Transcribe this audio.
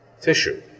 tissue